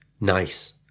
nice